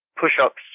push-ups